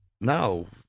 No